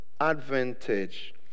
advantage